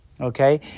Okay